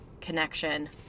connection